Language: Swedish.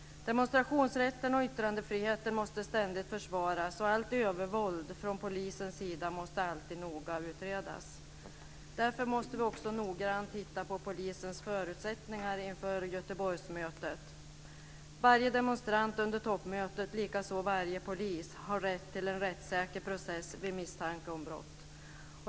Demonstrationsrätten och yttrandefriheten måste ständigt försvaras, och allt övervåld från polisens sida måste alltid noga utredas. Därför måste vi också noggrant titta på polisens förutsättningar inför Göteborgsmötet. Varje demonstrant under toppmötet, likaså varje polis, har rätt till en rättssäker process vid misstanke om brott.